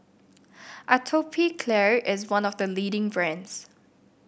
Atopiclair is one of the leading brands